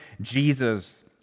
Jesus